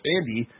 Andy